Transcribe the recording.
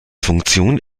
funktion